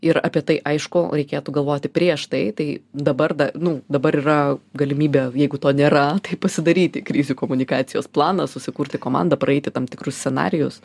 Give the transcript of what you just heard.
ir apie tai aišku reikėtų galvoti prieš tai tai dabar da nu dabar yra galimybė jeigu to nėra kaip pasidaryti krizių komunikacijos planą susikurti komandą praeiti tam tikrus scenarijus